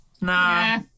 nah